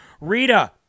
Rita